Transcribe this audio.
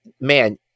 man